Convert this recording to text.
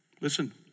Listen